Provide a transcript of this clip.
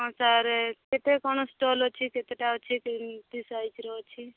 ହଁ ସାର୍ କେତେ କ'ଣ ଷ୍ଟଲ୍ ଅଛି କେତେଟା ଅଛି କେମିତି ସାଇଜ୍ର ଅଛି